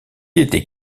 était